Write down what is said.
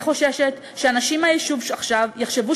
אני חוששת שאנשים מהיישוב עכשיו יחשבו